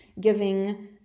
giving